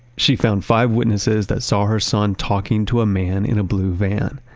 she found five witnesses that saw her son talking to a man in a blue van.